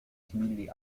community